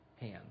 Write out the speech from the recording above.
hands